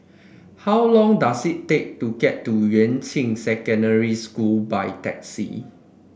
how long does it take to get to Yuan Ching Secondary School by taxi